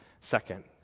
second